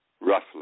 roughly